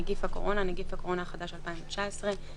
"נגיף הקורונה" נגיף הקורונה החדש 2019 (Novel Coronavirus 2019,